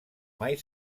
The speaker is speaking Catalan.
mai